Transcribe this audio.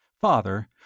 Father